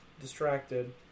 distracted